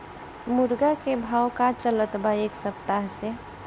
मुर्गा के भाव का चलत बा एक सप्ताह से?